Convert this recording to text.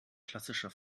klassischer